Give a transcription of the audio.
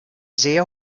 sehr